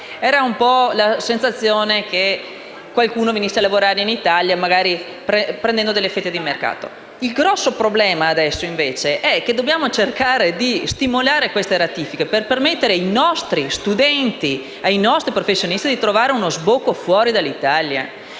professionali, si temeva che qualcuno venisse a lavorare in Italia prendendo delle fette di mercato. Il grosso problema adesso, invece, è che dobbiamo cercare di stimolare le ratifiche per permettere ai nostri studenti e professionisti di trovare uno sbocco fuori dall'Italia.